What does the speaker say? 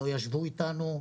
לא ישבו איתנו,